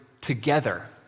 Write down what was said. together